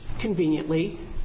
conveniently